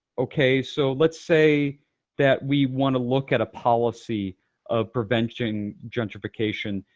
okay, so let's say that we want to look at a policy of preventing gentrification.